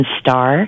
star